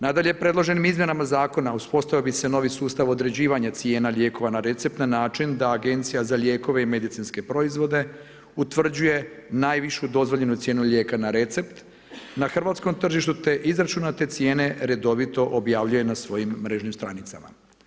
Nadalje, predloženim izmjenama zakona uspostavio bi se novi sustav određivanja cijena lijekova na recept na način da Agencija za lijekove i medicinske proizvode utvrđuje najvišu dozvoljenu cijenu lijeka na recept na hrvatskom tržištu te izračunate cijene redovito objavljuje na svojim mrežnim stranicama.